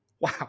Wow